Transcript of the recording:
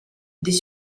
des